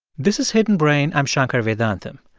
this is hidden brain. i'm shankar vedantam.